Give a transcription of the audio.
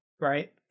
right